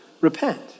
repent